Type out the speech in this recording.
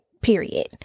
period